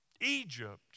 Egypt